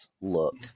look